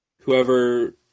Whoever